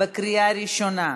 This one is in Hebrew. בקריאה ראשונה.